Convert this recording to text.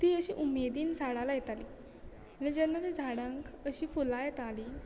ती अशी उमेदीन झाडां लायताली आनी जेन्ना ते झाडांक अशी फुलां येताली